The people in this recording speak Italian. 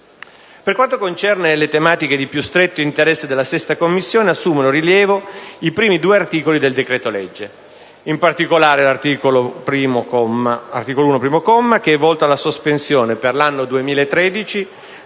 Per quanto concerne le tematiche di più stretto interesse della 6a Commissione, assumono rilievo i primi due articoli del decreto-legge. In particolare l'articolo 1, comma 1, è volto alla sospensione per l'anno 2013 del versamento